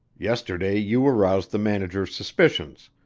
yesterday you aroused the manager's suspicions,